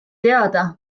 teada